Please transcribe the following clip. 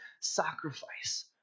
sacrifice